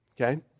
Okay